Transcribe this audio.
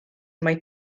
mae